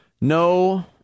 no